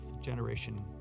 generation